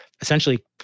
essentially